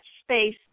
space